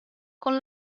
con